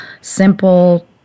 simple